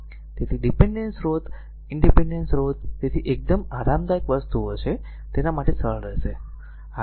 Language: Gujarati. તેથી ડીપેન્ડેન્ટ સ્ત્રોત ઇનડીપેન્ડેન્ટ સ્રોત તેથી આ એકદમ આરામદાયક વસ્તુઓ છે અને તેના માટે સરળ રહેશે